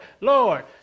Lord